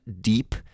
deep